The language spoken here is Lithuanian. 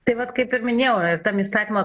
tai vat kaip ir minėjau tam įstatymo